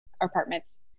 apartments